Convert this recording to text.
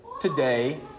today